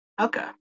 Okay